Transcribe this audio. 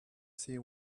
see